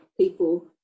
people